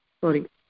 Sorry